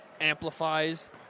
amplifies